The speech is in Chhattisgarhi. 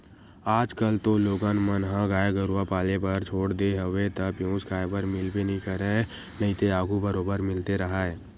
आजकल तो लोगन मन ह गाय गरुवा पाले बर छोड़ देय हवे त पेयूस खाए बर मिलबे नइ करय नइते आघू बरोबर मिलते राहय